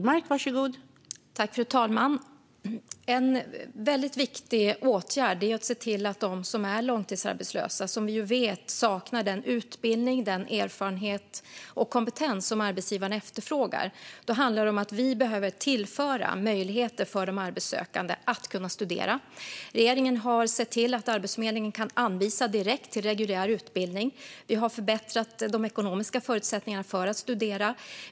Fru talman! En viktig åtgärd för de långtidsarbetslösa som vi vet saknar den utbildning, erfarenhet och kompetens som arbetsgivaren efterfrågar handlar om att vi behöver tillföra möjligheter för de arbetssökande att studera. Regeringen har sett till att Arbetsförmedlingen kan anvisa direkt till reguljär utbildning. Vi har förbättrat de ekonomiska förutsättningarna för att studera.